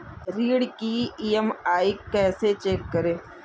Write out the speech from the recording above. ऋण की ई.एम.आई कैसे चेक करें?